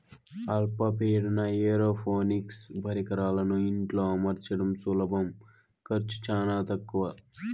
అల్ప పీడన ఏరోపోనిక్స్ పరికరాలను ఇంట్లో అమర్చడం సులభం ఖర్చు చానా తక్కవ